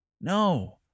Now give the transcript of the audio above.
No